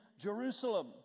Jerusalem